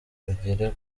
ugere